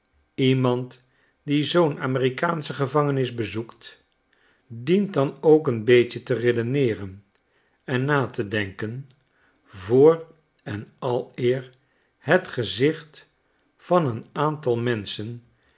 iemand die zoo'n amerikaansche gevangenis bezoekt dient dan ook een beetje te redeneeren en na te denken voor en aleer het gezicht van een aantal menschen